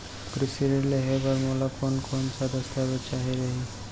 कृषि ऋण लेहे बर मोला कोन कोन स दस्तावेज चाही रही?